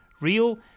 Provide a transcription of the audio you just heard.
real